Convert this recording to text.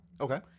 Okay